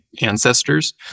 ancestors